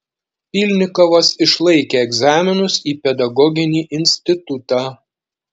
pylnikovas išlaikė egzaminus į pedagoginį institutą